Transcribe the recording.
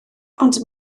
ond